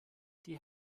die